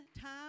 time